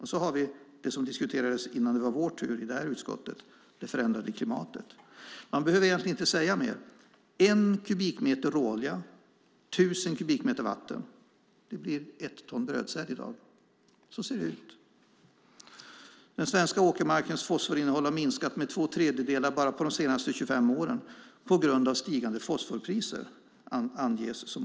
Sedan har vi det som diskuterades innan det var vår tur i det här utskottet, nämligen det förändrade klimatet. Man behöver egentligen inte säga mer. En kubikmeter råolja och tusen kubikmeter vatten blir ett ton brödsäd i dag. Så ser det ut. Den svenska åkermarkens fosforinnehåll har minskat med två tredjedelar bara på de senaste 25 åren på grund av stigande fosforpriser.